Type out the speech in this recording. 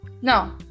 No